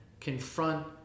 confront